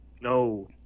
no